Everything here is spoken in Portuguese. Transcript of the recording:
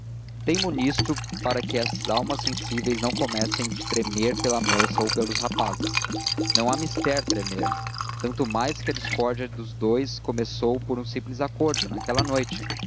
teimo nisto para que as almas sensíveis não comecem de tremer pela moça ou pelos rapazes não há mister tremer tanto mais que a discórdia dos dous começou por um simples acordo naquela noite